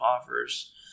offers